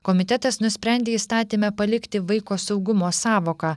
komitetas nusprendė įstatyme palikti vaiko saugumo sąvoką